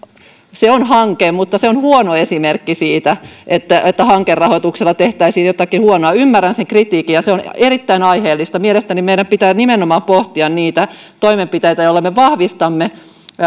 on hanke mutta se on huono esimerkki siitä että että hankerahoituksella tehtäisiin jotakin huonoa ymmärrän sen kritiikin ja se on erittäin aiheellista mielestäni meidän pitää nimenomaan pohtia niitä toimenpiteitä joilla me vahvistamme